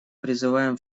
призываем